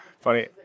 funny